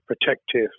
protective